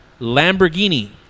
Lamborghini